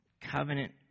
covenant